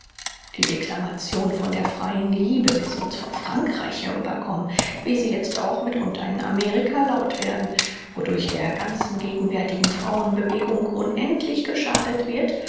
die declamationen von der freien liebe wie sie uns von frankreich herüberkommen wie sie jetzt auch mitunter in amerika laut werden wodurch der ganzen gegenwärtigen frauenbewegung unendlich geschadet wird